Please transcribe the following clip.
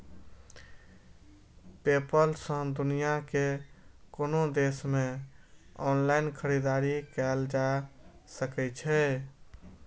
PayPal सं दुनिया के कोनो देश मे ऑनलाइन खरीदारी कैल जा सकै छै